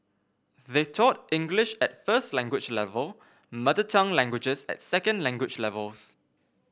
they taught English at first language level mother tongue languages at second language levels